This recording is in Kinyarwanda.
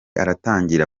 aratangira